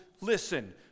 listen